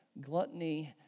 gluttony